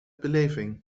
beleving